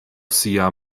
sia